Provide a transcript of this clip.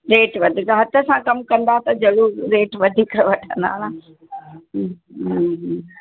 rate वधंदा हथ सां कमु कंदा त ज़रूर रेट वधीक वठंदा न